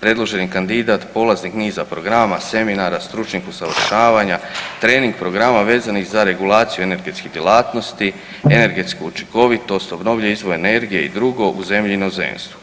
predloženi kandidat polaznik niza programa, seminara, stručnih usavršavanja, trening programa vezanih za regulaciju energetskih djelatnosti, energetsku učinkovitost, obnovljive izvore energije i drugo u zemlji i inozemstvu.